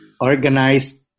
organized